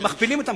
מכפילים אותם.